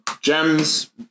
gems